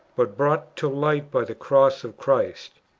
but brought to light by the cross of christ,